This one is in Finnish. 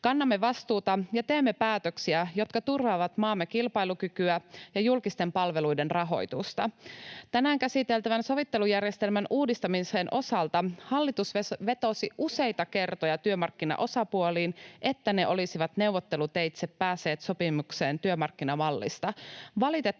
Kannamme vastuuta ja teemme päätöksiä, jotka turvaavat maamme kilpailukykyä ja julkisten palveluiden rahoitusta. Tänään käsiteltävän sovittelujärjestelmän uudistamisen osalta hallitus vetosi useita kertoja työmarkkinaosapuoliin, että ne olisivat neuvotteluteitse päässeet sopimukseen työmarkkinamallista. Valitettavasti